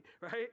right